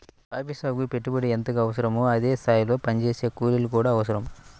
coffee సాగుకి పెట్టుబడి ఎంతగా అవసరమో అదే స్థాయిలో పనిచేసే కూలీలు కూడా అవసరం